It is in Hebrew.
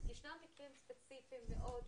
ישנם מקרים ספציפיים מאוד,